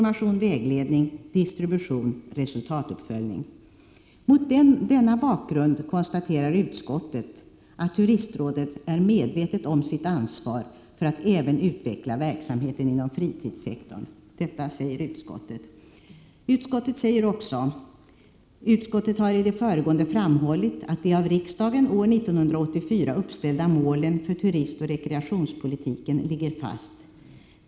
Mot denna bakgrund konstaterar utskottet ”att Turistrådet är medvetet om sitt ansvar för att även utveckla verksamheten inom fritidssektorn ———". Utskottet skriver vidare: ”Utskottet har i det föregående framhållit att de av riksdagen år 1984 uppställda målen för turistoch rekreationspolitiken ligger fast.